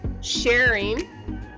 sharing